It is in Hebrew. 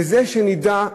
וזה שנדע,